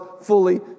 fully